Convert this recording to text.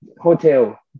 hotel